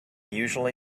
usually